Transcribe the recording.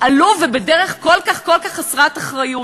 עלוב ובדרך כל כך כל כך חסרת אחריות.